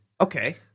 Okay